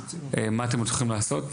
מה אתם הולכים לעשות.